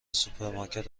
سوپرمارکت